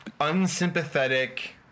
unsympathetic